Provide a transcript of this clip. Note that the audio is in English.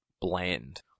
bland